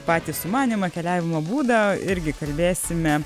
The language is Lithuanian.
patį sumanymą keliavimo būdą irgi kalbėsime